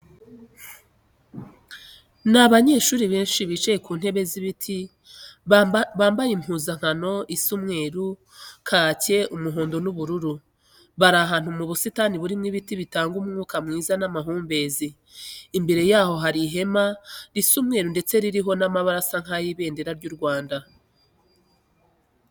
Ni abanyeshuri benshi bicaye ku ntebe z'ibiti, bambaye impuzankano isa umweru, kake, umuhondo n'ubururu. Bari ahantu mu busitani burimo n'ibiti bitanga umwuka mwiza n'amahumbezi. Imbere yabo hari ihema risa umweru ndetse ririho n'amabara asa nk'ay'Ibendera ry'U Rwanda.